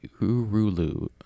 urulu